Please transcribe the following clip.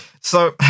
So-